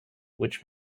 which